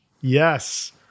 Yes